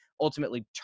ultimately